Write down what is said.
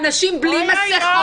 ועשרות מפגינים בלי מסכות,